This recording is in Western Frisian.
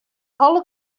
alle